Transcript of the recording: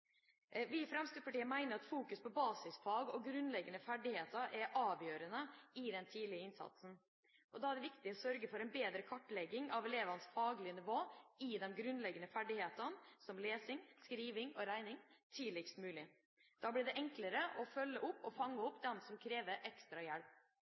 Vi i Fremskrittspartiet mener at det å fokusere på basisfag og grunnleggende ferdigheter er avgjørende i den tidlige innsatsen. Da er det viktig å sørge for en bedre kartlegging av elevenes faglige nivå i de grunnleggende ferdighetene, som lesing, skriving og regning, tidligst mulig. Da blir det enklere å fange opp og følge opp dem som krever ekstra hjelp.